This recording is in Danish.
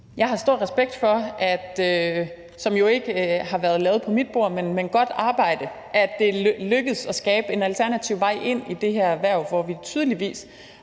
Jeg har stor respekt for det gode arbejde, som jo ikke er lavet ved mit bord, som gjorde, at det lykkedes at skabe en alternativ vej ind i det her erhverv, hvor vi tydeligvis